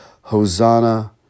Hosanna